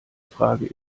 frage